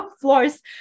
floors